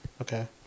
Okay